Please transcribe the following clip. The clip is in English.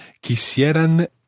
quisieran